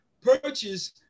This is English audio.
purchase